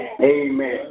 Amen